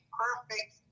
perfect